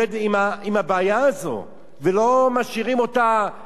ולא משאירים אותה בצורה חופשית וגורפת,